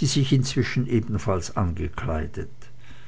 die sich inzwischen ebenfalls angekleidet